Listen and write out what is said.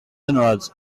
anuals